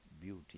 beauty